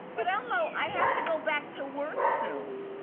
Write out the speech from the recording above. but elmo, i have to go back to work soon.